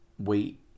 wait